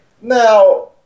Now